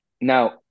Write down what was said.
now